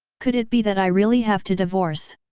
could it be that i really have to divorce?